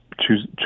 choose